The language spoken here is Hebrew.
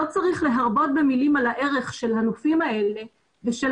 לא צריך להרבות במלים על הערך של הנופים האלה ושל